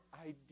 idea